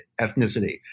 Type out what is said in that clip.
ethnicity